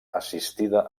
assistida